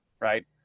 right